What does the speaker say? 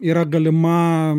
yra galima